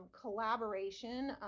collaboration